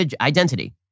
identity